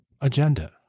agenda